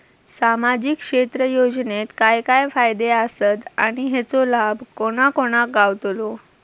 सामजिक क्षेत्र योजनेत काय काय फायदे आसत आणि हेचो लाभ कोणा कोणाक गावतलो?